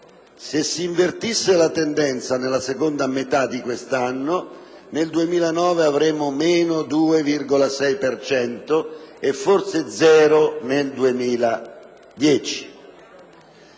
se si invertisse la tendenza nella seconda metà di quest'anno, nel 2009 avremmo meno 2,6 per cento e forse zero nel 2010.